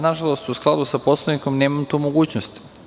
Nažalost, u skladu sa Poslovnikom nemam tu mogućnost.